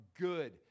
good